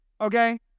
Okay